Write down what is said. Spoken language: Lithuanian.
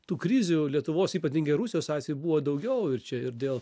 tų krizių lietuvos ypatingai rusijos situacijoj buvo daugiau ir čia ir dėl